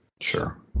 sure